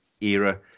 era